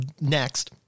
next